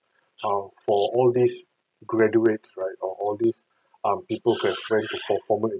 um for all these graduates right or all these um people who has formerly